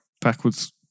backwards